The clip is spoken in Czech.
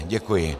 Děkuji.